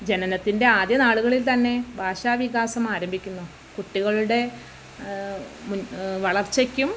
ജനനത്തിൻ്റെ ആദ്യ നാളുകളിൽ തന്നെ ഭാഷ വികാസം ആരംഭിക്കുന്നു കുട്ടികളുടെ മുൻ വളർച്ചയ്ക്കും